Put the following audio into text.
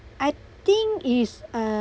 I think is uh